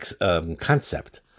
concept